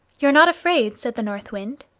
you're not afraid? said the north wind.